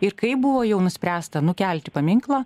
ir kai buvo jau nuspręsta nukelti paminklą